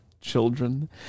children